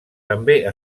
també